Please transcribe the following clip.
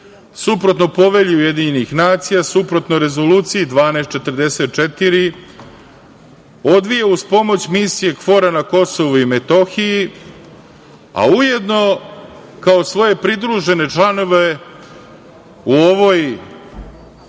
suprotno povelji UN, suprotno Rezoluciji 1244 odvija uz pomoć misije KFOR-a na Kosovu i Metohiji, a ujedno kao svoje pridružene članove u ovoj